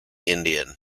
indian